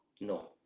No